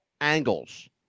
angles